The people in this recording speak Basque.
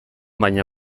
baina